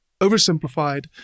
oversimplified